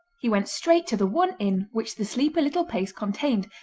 he went straight to the one inn which the sleepy little place contained,